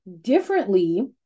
differently